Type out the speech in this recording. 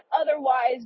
otherwise